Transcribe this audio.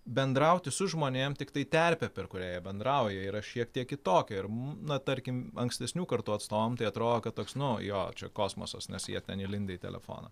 bendrauti su žmonėm tiktai terpė per kurią jie bendrauja yra šiek tiek kitokia ir na tarkim ankstesnių kartų atstovam tai atrodo kad toks nu jo čia kosmosas nes jie ten įlindę į telefoną